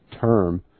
term